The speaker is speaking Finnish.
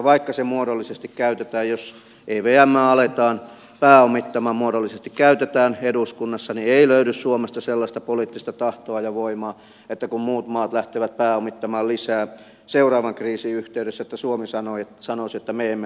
vaikka se muodollisesti käytetään eduskunnassa jos evmää aletaan pääomittamaan niin ei löydy suomesta sellaista poliittista tahtoa ja voimaa että kun muut maat lähtevät pääomittamaan lisää seuraavan kriisin yhteydessä niin suomi sanoisi että me emme